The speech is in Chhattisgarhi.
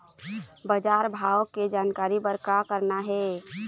बजार भाव के जानकारी बर का करना हे?